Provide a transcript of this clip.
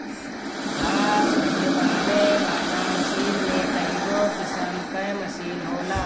घास झुरवावे वाला मशीन में कईगो किसिम कअ मशीन होला